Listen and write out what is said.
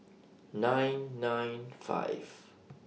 nine nine five